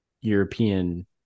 European